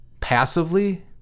Passively